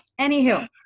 Anywho